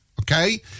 okay